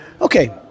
Okay